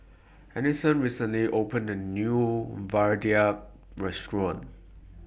Alisson recently opened A New Vadai Restaurant